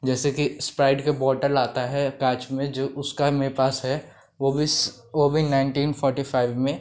जैसे कि इस्प्राइट के बॉटल आता है काँच में जो उसका मेरे पास है वह भी वह भी नाइन्टीन फ़ोर्टी फ़ाइव में